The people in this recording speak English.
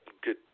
good